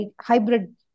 hybrid